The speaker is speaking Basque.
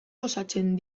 goxatzen